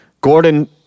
Gordon